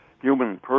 Human